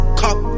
cop